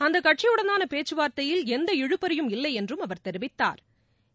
அந்த கட்சியுடனான பேச்சு வார்த்தையில் எந்த இழுபறியும் இல்லை என்றும் அவா் தெரிவித்தாா்